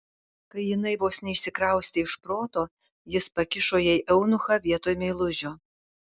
kai jinai vos neišsikraustė iš proto jis pakišo jai eunuchą vietoj meilužio